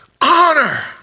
Honor